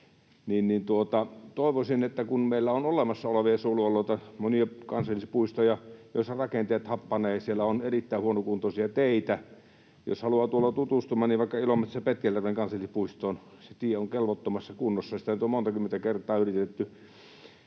toivoisin: Meillä on olemassa olevia suojelualueita, monia kansallispuistoja, joissa rakenteet happanevat. Siellä on erittäin huonokuntoisia teitä. Jos haluaa tulla tutustumaan, niin vaikka Ilomantsissa Petkeljärven kansallispuiston tie on kelvottomassa kunnossa. Sitä nyt on monta kymmentä kertaa yritetty